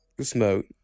smoke